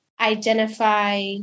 identify